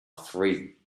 free